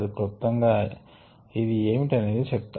క్లుప్తంగా ఇది ఏమిటనేది చెప్తాను